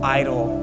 idol